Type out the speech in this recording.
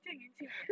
这么年轻而已 eh